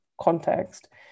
context